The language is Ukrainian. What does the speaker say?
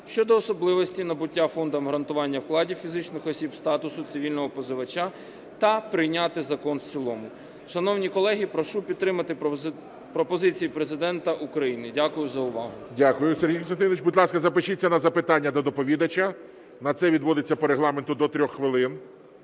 щодо особливостей набуття Фондом гарантування вкладів фізичних осіб статусу цивільного позивача" та прийняти закон в цілому. Шановні колеги, прошу підтримати пропозиції Президента України. Дякую за увагу. ГОЛОВУЮЧИЙ. Дякую, Сергій Костянтинович. Будь ласка, запишіться на запитання до доповідача, на це відводиться по регламенту до 3 хвилин.